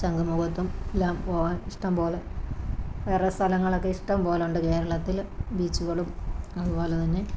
ശംഖുമുഖത്തും എല്ലാം പോകാൻ ഇഷ്ടം പോലെ വേറെ സ്ഥലങ്ങളൊക്കെ ഇഷ്ടം പോലെയുണ്ട് കേരളത്തില് ബീച്ചുകളും അതുപോലെ തന്നെ